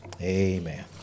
amen